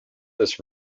this